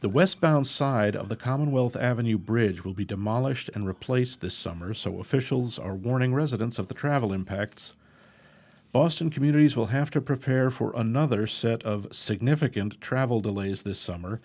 the westbound side of the commonwealth avenue bridge will be demolished and replaced the summer so officials are warning residents of the travel impacts austin communities will have to prepare for another set of significant travel delays this summer